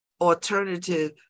alternative